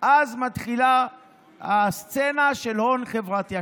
אז מתחילה הסצנה של ההון החברתי.